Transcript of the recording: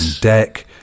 Deck